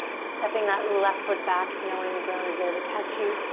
stepping that left foot back, knowing the ground is there to catch you.